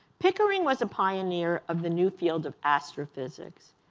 pickering was a pioneer of the new field of astrophysics.